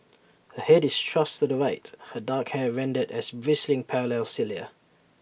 her Head is thrust to the right her dark hair rendered as bristling parallel cilia